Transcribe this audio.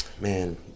man